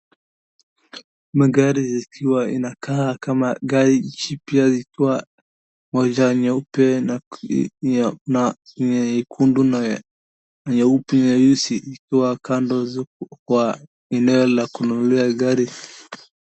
Magari zikiwa inakaa kama gari jipya ikiwa moja nyeupe na nyekundu na nyeupe nyeusi ikiwa kando kwa eneo la kununulia gari.